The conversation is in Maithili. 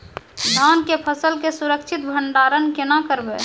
धान के फसल के सुरक्षित भंडारण केना करबै?